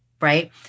Right